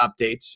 updates